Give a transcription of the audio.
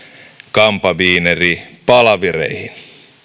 kampaviineripalavereihin